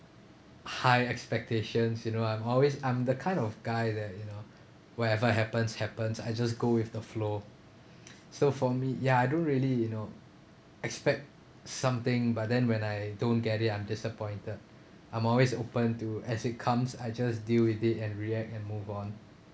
high expectations you know I'm always I'm the kind of guy that you know whatever happens happens I just go with the flow so for me ya I don't really you know expect something but then when I don't get it I'm disappointed I'm always open to as it comes I just deal with it and react and move on